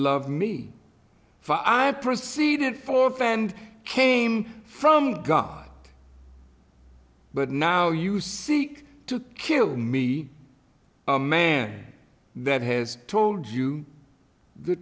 love me for i proceeded for fand came from god but now you see to kill me a man that has told you the